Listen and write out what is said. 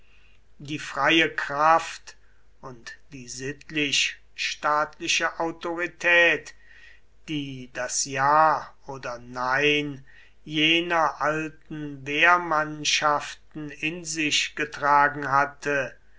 die freie kraft und die sittlich staatliche autorität die das ja oder nein jener alten wehrmannschaften in sich getragen hatte